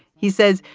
he says,